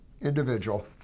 individual